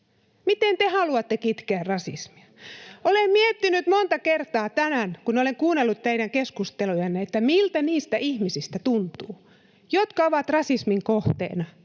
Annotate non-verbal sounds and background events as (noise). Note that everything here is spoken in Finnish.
Miten te haluatte kitkeä rasismia? (noise) Olen miettinyt monta kertaa tänään, kun olen kuunnellut teidän keskustelujanne, että miltä tuntuu niistä ihmisistä, jotka ovat rasismin kohteina,